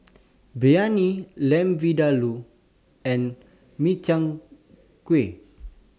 Biryani Lamb Vindaloo and Makchang Gui